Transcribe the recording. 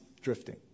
drifting